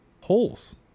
holes